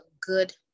good